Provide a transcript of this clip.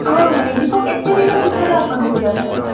ହଁ ହୋଇଯିବ କେତେଦିନ ଭିତରେ ଆପଣଙ୍କୁ ଦରକାର